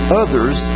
others